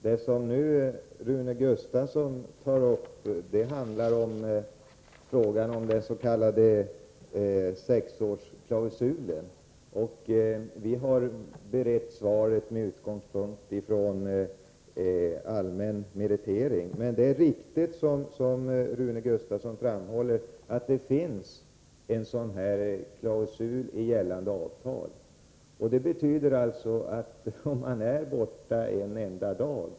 Det som Rune Gustavsson nu tar upp handlar om den s.k. sexårsklausulen, och vi har berett svaret med utgångspunkt i vad som gäller om allmän meritering. Det är riktigt, som Rune Gustavsson framhåller, att det i gällande avtal finns en klausul innebärande att en regel träder i funktion om man är i tjänst en enda dag.